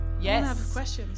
Yes